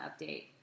update